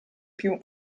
più